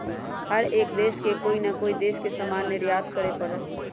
हर एक देश के कोई ना कोई देश से सामान निर्यात करे पड़ा हई